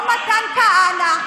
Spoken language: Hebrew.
או מתן כהנא,